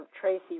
Tracy